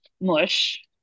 mush